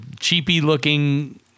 cheapy-looking